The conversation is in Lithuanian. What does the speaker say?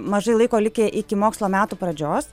mažai laiko likę iki mokslo metų pradžios